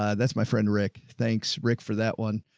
ah that's my friend rick. thanks rick for that one.